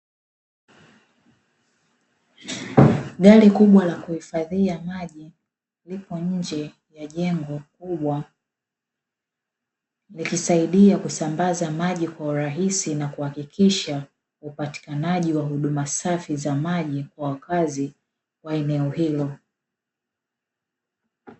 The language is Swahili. Gari kubwa la kuhifadhia maji, lipo nje ya jengo kubwa, likisaidia kusambaza maji kwa urahisi na kuhakikisha upatikanaji wa huduma safi za maji kwa wakazi wa eneo hilo.